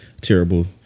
terrible